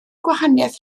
gwahaniaeth